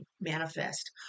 manifest